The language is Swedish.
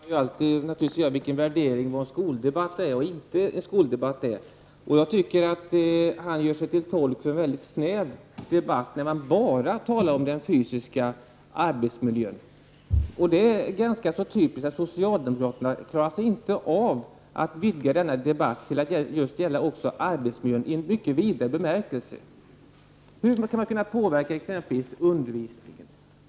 Herr talman! Lars Svensson kan naturligtvis alltid göra en värdering av vad en skoldebatt är och inte är. Jag tycker att han för en väldigt snäv debatt när han bara talar om den fysiska arbetsmiljön. Det är ganska typiskt. Socialdemokraterna klarar inte av att vidga denna debatt till att också gälla arbetsmiljön i en mycket vidare bemärkelse. Hur skall man kunna påverka exempelvis undervisningen?